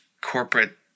corporate